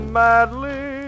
madly